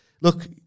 Look